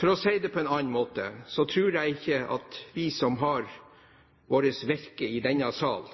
For å si det på en annen måte: Jeg tror ikke vi som har vårt virke i denne sal,